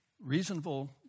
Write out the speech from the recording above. reasonable